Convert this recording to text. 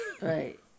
Right